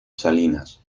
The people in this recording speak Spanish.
salinas